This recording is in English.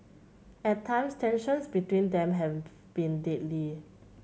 at times tensions between them have been deadly